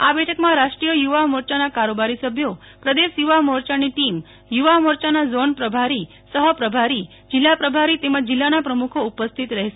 આ બેઠકમાં રાષ્ટ્રીય યુ વા મોરચાના કારોબારી સભ્યો પ્રદેશ યુ વા મોર ચાની ટીમ યુ વા મોર ચાના ઝોન પ્રભારી સહ પ્રભારીજીલ્લા પ્રભારી તેમજ જીલ્લાના પ્રમુખો ઉપસ્થિત રહેશે